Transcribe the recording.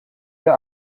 der